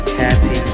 happy